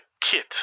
Kit